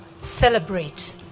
celebrate